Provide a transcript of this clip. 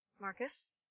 Marcus